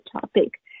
topic